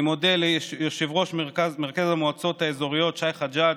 אני מודה ליושב-ראש מרכז המועצות האזוריות שי חג'ג',